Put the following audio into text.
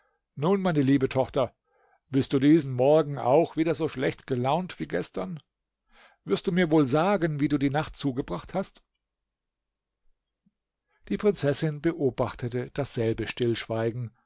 nun meine liebe tochter bist du diesen morgen auch wieder so schlecht gelaunt wie gestern wirst du mir wohl sagen wie du die nacht zugebracht hast die prinzessin beobachtete dasselbe stillschweigen